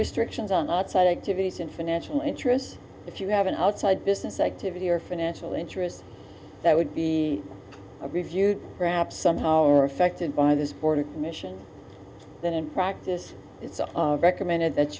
restrictions on outside activities in financial interest if you have an outside business activity or financial interests that would be reviewed perhaps somehow or affected by this board mission that in practice it's recommended that